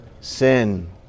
sin